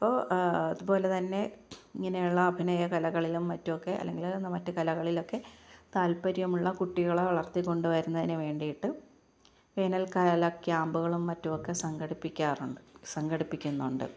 ഇപ്പോൾ അതുപോലെ തന്നെ ഇങ്ങനെയുള്ള അഭിനയ കലകളിലും മറ്റും ഒക്കെ അല്ലെങ്കിൽ മറ്റു കലകളിലൊക്കെ താല്പര്യമുള്ള കുട്ടികളെ വളര്ത്തിക്കൊണ്ട് വരുന്നതിനു വേണ്ടിയിട്ട് വേനല്ക്കാല ക്യാമ്പുകളും മറ്റുമൊക്കെ സംഘടിപ്പിക്കാറുണ്ട് സംഘടിപ്പിക്കുന്നുണ്ട്